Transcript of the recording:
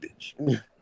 bitch